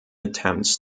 attempts